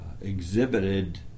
exhibited